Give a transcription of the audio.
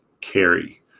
carry